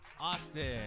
Austin